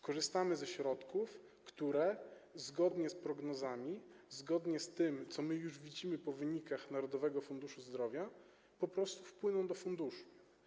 Korzystamy ze środków, które zgodnie z prognozami, zgodnie z tym, co już widzimy po wynikach Narodowego Funduszu Zdrowia, po prostu wpłyną do funduszu.